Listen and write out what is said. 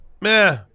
meh